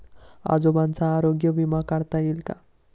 आजोबांचा आरोग्य विमा काढता येईल का?